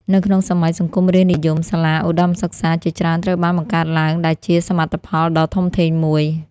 នៅក្នុងសម័យសង្គមរាស្រ្តនិយម សាលាឧត្ដមសិក្សាជាច្រើនត្រូវបានបង្កើតឡើង ដែលជាសមិទ្ធផលដ៏ធំធេងមួយ។